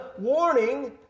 warning